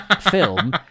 film